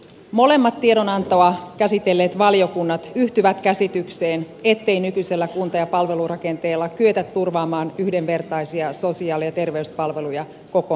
molemmat tiedonantoa käsitelleet valiokunnat yhtyvät käsitykseen ettei nykyisellä kunta ja palvelurakenteella kyetä turvaamaan yhdenvertaisia sosiaali ja terveyspalveluja koko maassa